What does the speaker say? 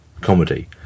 comedy